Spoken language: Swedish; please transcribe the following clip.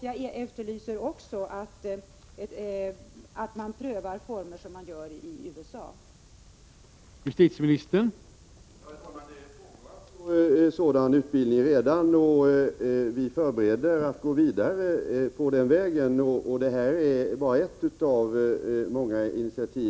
Jag efterlyser också att man prövar olika former av påföljd i likhet med systemet i USA.